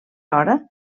hora